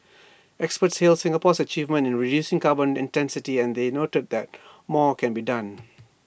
experts hailed Singapore's achievement in reducing carbon intensity and they noted that more can be done